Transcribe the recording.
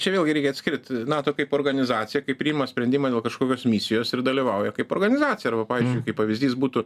čia vėlgi reikia atskirt nato kaip organizaciją kai priima sprendimą dėl kažkokios misijos ir dalyvauja kaip organizacija arba pavydzdžiui kaip pavyzdys būtų